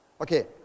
Okay